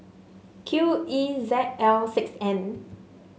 Q E Z L six N